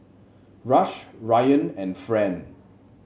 Rush Ryann and Fran